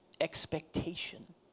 expectation